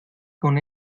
con